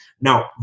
now